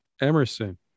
Emerson